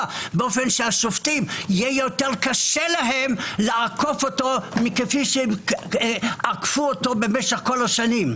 כך שהשופטים יהיה להם קשה יותר לעקוף אותו כפי שעקפו אותו כל השנים.